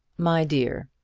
my dear,